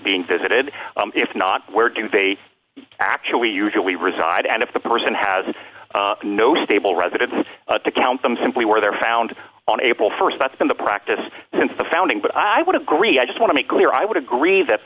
being visited if not where do they actually usually reside and if the person has no stable residence to count them simply where they're found on april st that's been the practice since the founding but i would agree i just want to be clear i would agree that